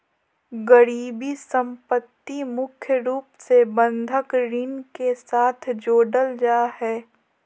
गिरबी सम्पत्ति मुख्य रूप से बंधक ऋण के साथ जोडल जा हय